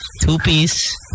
Two-piece